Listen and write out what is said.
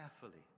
carefully